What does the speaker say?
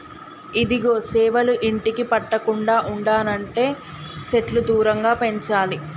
ఇదిగో సేవలు ఇంటికి పట్టకుండా ఉండనంటే సెట్లు దూరంగా పెంచాలి